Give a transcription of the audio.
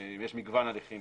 יש מגוון הליכים